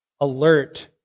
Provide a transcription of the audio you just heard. alert